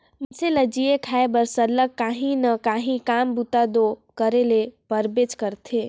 मइनसे ल जीए खाए बर सरलग काहीं ना काहीं काम बूता दो करे ले परबेच करथे